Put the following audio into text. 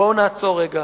בואו נעצור רגע.